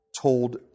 told